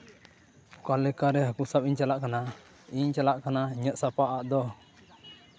ᱚᱠᱟ ᱞᱮᱠᱟᱨᱮ ᱦᱟᱹᱠᱩ ᱥᱟᱵ ᱤᱧ ᱪᱟᱞᱟᱜ ᱠᱟᱱᱟ ᱤᱧ ᱪᱟᱞᱟᱜ ᱠᱟᱱᱟ ᱤᱧᱟᱹᱜ ᱥᱟᱯᱟᱵ ᱟᱜ ᱫᱚ